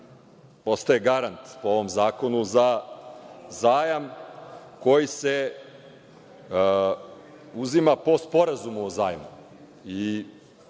postaje garant po ovom zakonu za zajam koji se uzima po sporazumu o zajmu